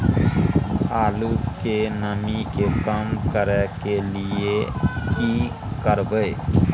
आलू के नमी के कम करय के लिये की करबै?